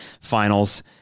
Finals